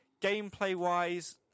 Gameplay-wise